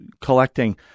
collecting